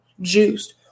juiced